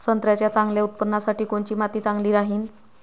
संत्र्याच्या चांगल्या उत्पन्नासाठी कोनची माती चांगली राहिनं?